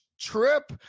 trip